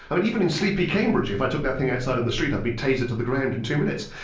but even in sleepy cambridge, if i took that thing outside on the street i'd be tasered to the ground in two minutes.